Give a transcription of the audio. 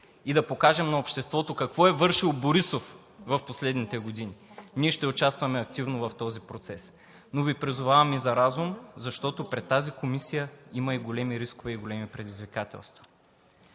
и да покажем на обществото какво е вършил Борисов в последните години. Ние ще участваме активно в този процес. Но Ви призовавам и за разум, защото пред тази комисия има и големи рискове, и големи предизвикателства.